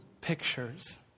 pictures